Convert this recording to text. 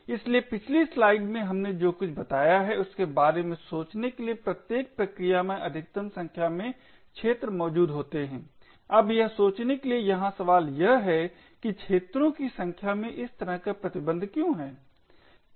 इसलिए पिछली स्लाइड में हमने जो कुछ बताया है उसके बारे में सोचने के लिए प्रत्येक प्रक्रिया में अधिकतम संख्या में क्षेत्र मौजूद होते हैं अब यह सोचने के लिए यहाँ सवाल यह है कि क्षेत्रों की संख्या में इस तरह का प्रतिबंध क्यों है